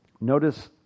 Notice